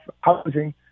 housing